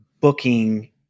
booking